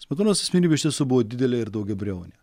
smetonos asmenybė iš tiesų buvo didelė ir daugiabriaunė